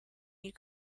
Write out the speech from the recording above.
you